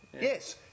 yes